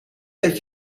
dat